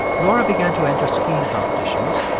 laura began to enter skiing competitions.